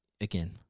Again